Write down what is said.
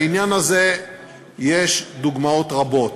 לעניין הזה יש דוגמאות רבות.